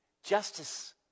Justice